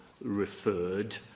referred